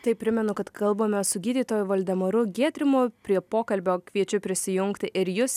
tai primenu kad kalbamės su gydytoju valdemaru giedrimu prie pokalbio kviečiu prisijungti ir jus